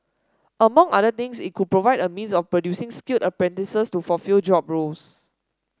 among other things it could provide a means of producing skilled apprentices to fulfil job roles